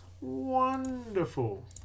Wonderful